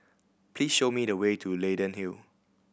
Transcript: please show me the way to Leyden Hill